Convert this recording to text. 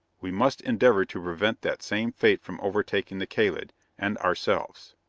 we must endeavor to prevent that same fate from overtaking the kalid and ourselves.